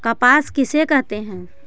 कपास किसे कहते हैं?